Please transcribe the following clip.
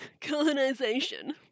colonization